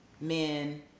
men